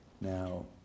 now